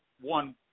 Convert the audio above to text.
one